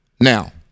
Now